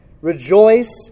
Rejoice